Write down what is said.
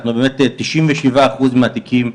אנחנו באמת מאשרים 93 אחוזים מהתיקים,